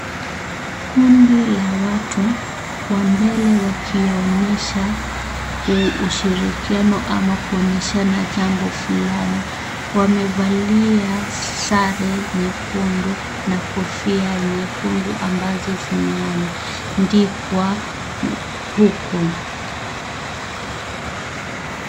Kundi la watu wa mbele wakionyesha ushirikiano ama kuonyeshana jambo fulani. Wamevalia sare nyekundu na kofia nyekundu ambazo zimeandikwa piku.